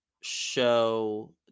show